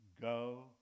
Go